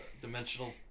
dimensional